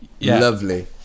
lovely